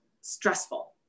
stressful